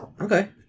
Okay